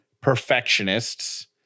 Perfectionists